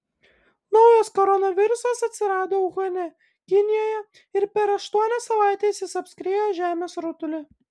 naujas koronavirusas atsirado uhane kinijoje ir per aštuonias savaites jis apskriejo žemės rutulį